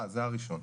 זה הראשון.